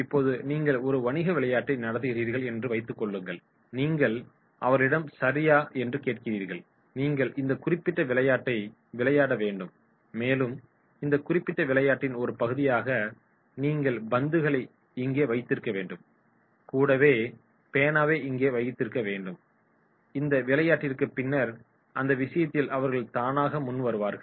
இப்போது நீங்கள் ஒரு வணிக விளையாட்டை நடத்துகிறீர்கள் என்று வைத்துக் கொள்ளுங்கள் நீங்கள் அவர்களிடம் சரியா என்று கேட்கிறீர்கள் நீங்கள் இந்த குறிப்பிட்ட விளையாட்டை விளையாட வேண்டும் மேலும் இந்த குறிப்பிட்ட விளையாட்டின் ஒரு பகுதியாக நீங்கள் பந்துகளை இங்கே வைத்திருக்க வேண்டும் கூடவே பேனாவை இங்கே வைத்திருக்க வேண்டும் இந்த விளையாட்டிற்கு பின்னர் அந்த விஷயத்தில் அவர்கள் தானாகவே முன்வருவார்கள்